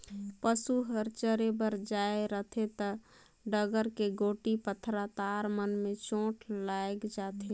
पसू हर चरे बर जाये रहथे त डहर के गोटी, पथरा, तार मन में चोट लायग जाथे